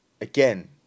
Again